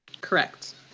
Correct